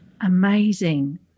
amazing